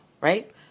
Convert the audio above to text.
right